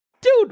Dude